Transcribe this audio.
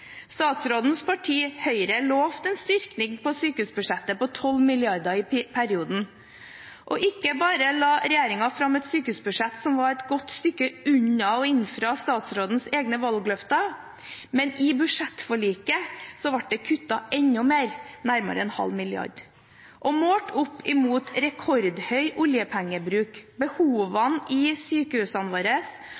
Statsrådens parti, Høyre, lovet en styrking på sykehusbudsjettet på 12 mrd. kr i perioden. Ikke bare la regjeringen fram et sykehusbudsjett som var et godt stykke unna å innfri statsrådens egne valgløfter, men i budsjettforliket ble det kuttet enda mer, nærmere en halv milliard. Målt opp mot rekordhøy oljepengebruk,